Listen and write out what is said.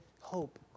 hope